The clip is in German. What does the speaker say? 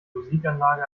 musikanlage